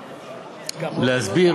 להסביר.